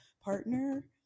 partner